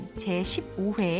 제15회